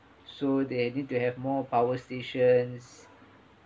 so they need to have more power stations